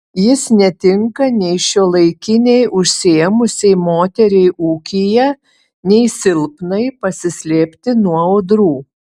jis netinka nei šiuolaikinei užsiėmusiai moteriai ūkyje nei silpnai pasislėpti nuo audrų